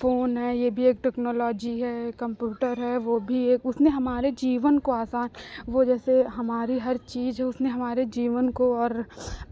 phone है ये भी एक टेक्नोलॉजी है कम्पूटर है वो भी एक उसने हमारे जीवन को आसान वो जैसे हमारी हर चीज है उसने हमारे जीवन को और